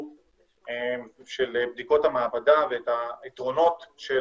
של בדיקות המעבדה ואת היתרונות של